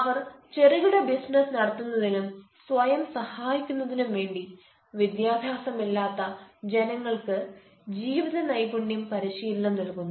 അവർ ചെറുകിട ബിസിനസ്സ് നടതുന്നതിനും സ്വയം സഹായിക്കുന്നതിനും വേണ്ടി വിദ്യാഭ്യാസമില്ലാത്ത ജനങ്ങൾക്ക് ജീവിത നൈപുണ്യം പരിശീലനം നൽകുന്നു